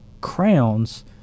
crowns